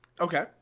Okay